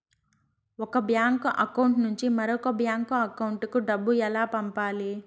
ఒక bank account నుంచి మరొక బ్యాంకు అకౌంట్ కు డబ్బు ఎలా పంపాలి